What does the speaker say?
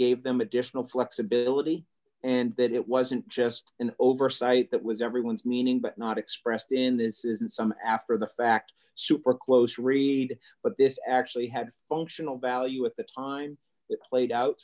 gave them additional flexibility and that it wasn't just an oversight that was everyone's meaning but not expressed in this isn't some after the fact super close read but this actually had functional value at the time it played out